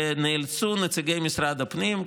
ונאלצו נציגי משרד הפנים,